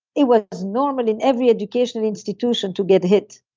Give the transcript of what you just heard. it was normal in every educational institution to get hit